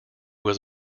was